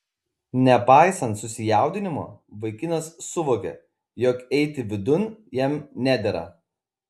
nepaisant susijaudinimo vaikinas suvokė jog eiti vidun jam nedera